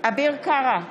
אביר קארה,